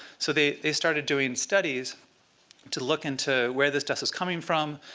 so they they started doing studies to look into where this dust was coming from.